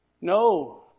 No